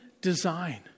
design